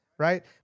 Right